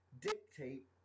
dictate